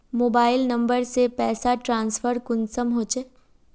Mobile number से पैसा transfer कुंसम होचे?